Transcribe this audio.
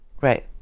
Right